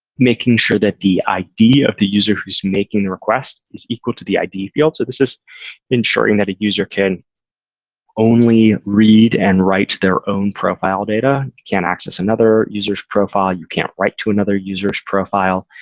making sure that the idea of the user who's making the request is equal to the id field. so this is ensuring that a user can only read and writes their own profile data. you can't access another user's profile. you can't write to another user's profile.